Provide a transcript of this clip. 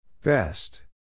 Best